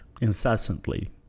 incessantly